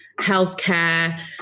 healthcare